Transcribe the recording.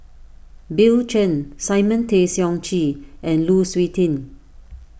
Bill Chen Simon Tay Seong Chee and Lu Suitin